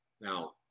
Now